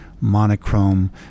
monochrome